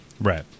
Right